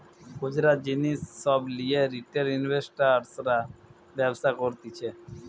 খুচরা জিনিস সব লিয়ে রিটেল ইনভেস্টর্সরা ব্যবসা করতিছে